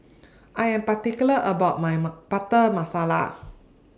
I Am particular about My Butter Masala